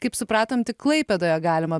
kaip supratom tik klaipėdoje galima